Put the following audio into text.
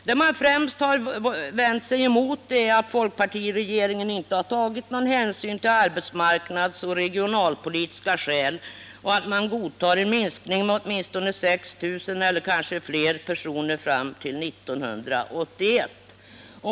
Det man främst har vänt sig emot är att folkpartiregeringen inte tagit någon hänsyn till arbetsmarknadsoch regionalpolitiska skäl och godtar en minskning med åtminstone 6 000 — eller kanske uppemot 10 000 — personer fram till 1981.